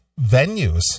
venues